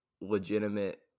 legitimate